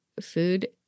food